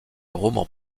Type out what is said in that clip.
romans